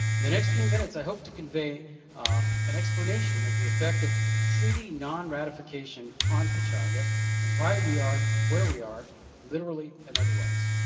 the next few minutes i hope to convey an explanation of the effect of treaty non-ratification on pechanga and why we are where we are literally and otherwise.